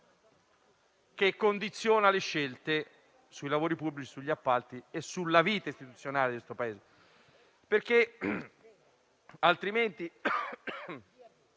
a condizionare le scelte sui lavori pubblici, sugli appalti e sulla vita istituzionale di questo Paese.